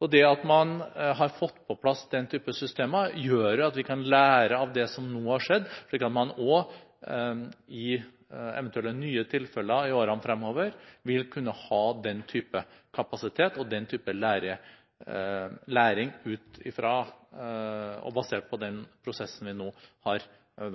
Og det at man har fått på plass den type systemer, gjør at vi kan lære av det som nå har skjedd, slik at man i eventuelle nye tilfeller i årene fremover vil kunne ha den type kapasitet og den type læring basert på den prosessen vi nå har